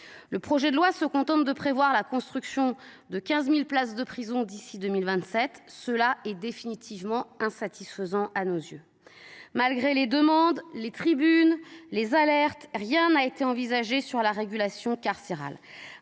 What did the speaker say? le projet de loi ne prévoit que la construction de 15 000 places de prison d'ici à 2027, ce qui est clairement insatisfaisant à nos yeux. Malgré les demandes, les tribunes, les alertes, rien n'a été envisagé en matière de régulation carcérale